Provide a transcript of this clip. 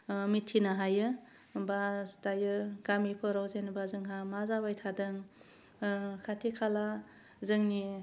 मिथिनो हायो होमबा दायो गामिफोराव जेनेबा जोंहा मा जाबाय थादों खाथि खाला जोंनि